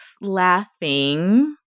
laughing